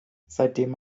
seitdem